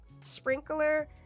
sprinkler